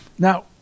Now